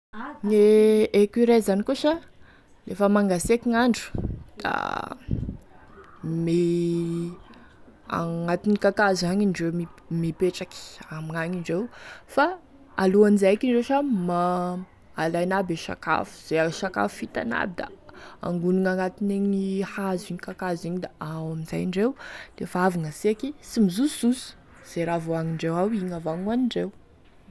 Gne écureuil zany koa sa lafa mangaseky gn'andro da mi agnatine kakazo agny indreo mipetraky amign'agny indreo fa alohan'izay ma- alainy aby e sakafo izay sakafo hitany aby da indesiny agnatine kakazo igny da ao amin'izay indreo lefa avy gn'aseky sy mizosozoso ze raha voangondreo ao igny avao hoanindreo.